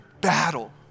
battle